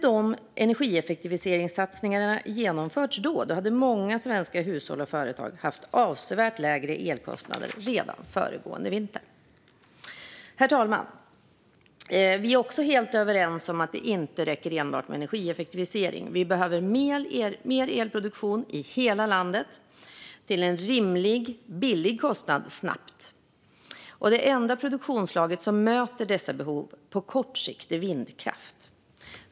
Om energieffektiviseringssatsningarna hade genomförts skulle många svenska hushåll och företag ha haft avsevärt lägre elkostnader redan under den föregående vintern. Herr talman! Vi är också helt överens om att det inte räcker med enbart energieffektivisering. Vi behöver mer elproduktion i hela landet till en rimlig, låg kostnad snabbt, och det enda produktionsslag som möter dessa behov på kort sikt är vindkraft.